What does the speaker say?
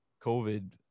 COVID